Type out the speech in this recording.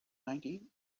ninety